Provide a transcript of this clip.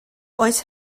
oes